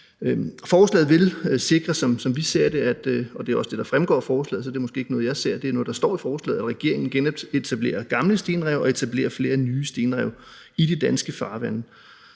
Forslaget vil, som vi ser det, sikre – det er også det, der fremgår af forslaget, så det er måske ikke noget, jeg ser – at regeringen genetablerer gamle stenrev og etablerer flere nye stenrev i de danske farvande,